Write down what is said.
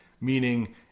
meaning